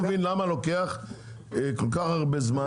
לא מבין למה לוקח כל כך הרבה זמן,